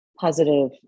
positive